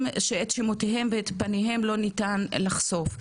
שאת שמותיהם ואת פניהם לא ניתן לחשוף,